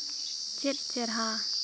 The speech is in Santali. ᱪᱮᱫ ᱪᱮᱨᱦᱟ